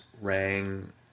rang